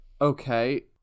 okay